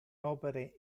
opere